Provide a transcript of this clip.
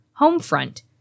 Homefront